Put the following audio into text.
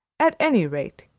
at any rate,